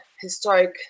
historic